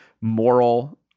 moral